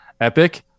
epic